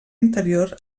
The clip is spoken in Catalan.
interior